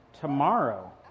tomorrow